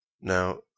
Now